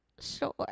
Sure